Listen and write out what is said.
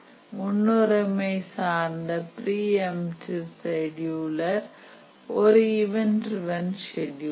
முன்னுரிமை சார்ந்த preemptive scheduler ஒரு இவன்ட் ட்ரிவன் செடியுலர்